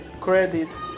credit